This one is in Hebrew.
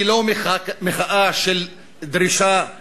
היא לא מחאה של דרישה אחת,